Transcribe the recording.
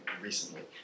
recently